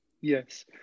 Yes